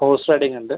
horse riding ഉണ്ട്